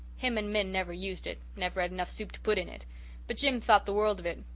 him and min never used it never had enough soup to put in it but jim thought the world of it.